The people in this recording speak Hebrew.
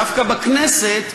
דווקא בכנסת,